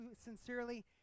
sincerely